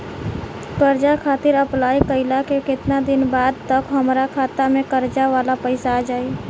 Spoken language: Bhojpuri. कर्जा खातिर अप्लाई कईला के केतना दिन बाद तक हमरा खाता मे कर्जा वाला पैसा आ जायी?